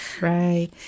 right